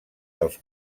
dels